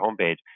homepage